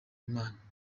imana